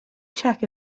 check